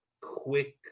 quick